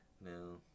no